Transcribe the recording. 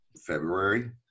February